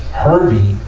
herbie